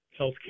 healthcare